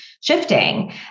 shifting